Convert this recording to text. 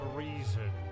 reason